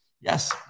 Yes